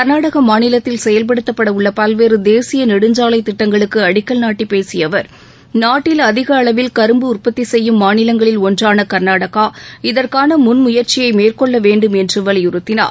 கர்நாடக மாநிலத்தில் செயல்படுத்தப்பட உள்ள பல்வேறு தேசிய நெடுஞ்சாலைத் திட்டங்களுக்கு அடிக்கல் நாட்டி பேசிய அவர் நாட்டில் அதிக அளவில் கரும்பு உற்பத்தி செய்யும் மாநிலங்களில் ஒன்றான கர்நாடகா இதற்கான முன்முயற்சியை மேற்கொள்ள வேண்டும் என்று வலியுறுத்தினார்